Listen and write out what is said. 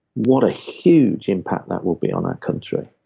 what a huge impact that would be on our country.